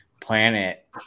planet